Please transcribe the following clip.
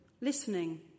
listening